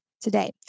today